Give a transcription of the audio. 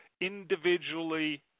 individually